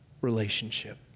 relationship